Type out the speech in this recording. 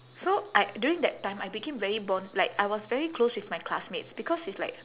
so I during that time I became very bond~ like I was very close with my classmates because it's like